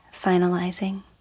finalizing